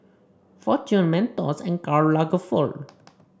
Fortune Mentos and Karl Lagerfeld